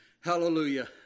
Hallelujah